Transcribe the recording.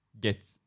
get